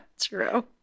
True